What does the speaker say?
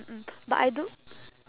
mm but I don't